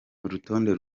urutonde